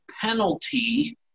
penalty